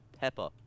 pepper